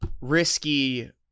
Risky